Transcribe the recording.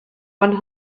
one